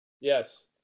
Yes